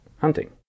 hunting